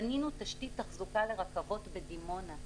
בנינו תשתית תחזוקה לרכבות בדימונה.